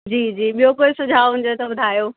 जी जी ॿियो कोई सुझाव हुजे त ॿुधायो